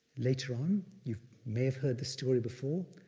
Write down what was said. later on, you may have heard this story before,